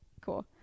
Cool